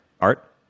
art